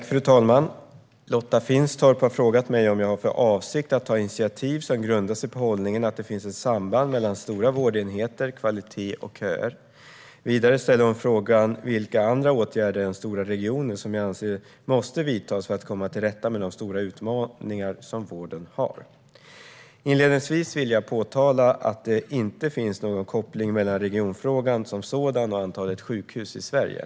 Fru talman! Lotta Finstorp har frågat mig om jag har för avsikt att ta initiativ som grundar sig på hållningen att det finns ett samband mellan stora vårdenheter, kvalitet och köer. Vidare ställer hon frågan vilka andra åtgärder än stora regioner som jag anser måste vidtas för att komma till rätta med de stora utmaningar som vården har. Inledningsvis vill jag påpeka att det inte finns någon koppling mellan regionfrågan som sådan och antalet sjukhus i Sverige.